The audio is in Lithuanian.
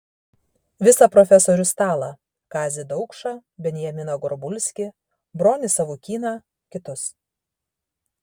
visą profesorių stalą kazį daukšą benjaminą gorbulskį bronį savukyną kitus